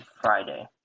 Friday